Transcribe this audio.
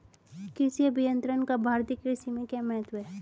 कृषि अभियंत्रण का भारतीय कृषि में क्या महत्व है?